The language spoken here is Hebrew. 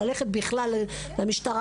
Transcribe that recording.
ללכת בכלל למשטרה,